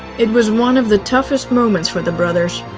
it was one of the toughest moments for the brothers.